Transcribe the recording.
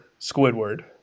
Squidward